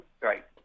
Right